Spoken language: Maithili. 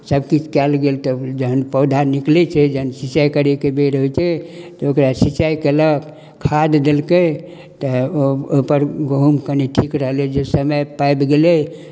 सभकिछु कयल गेल तब जखन पौधा निकलै छै जखन सिंचाइ करयके बेर होइ छै तऽ ओकरा सिंचाइ कयलक खाद देलकै तऽ ओ ओहिपर गहूम कनि ठीक रहलै जे समय पाबि गेलै